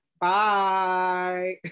Bye